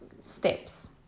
steps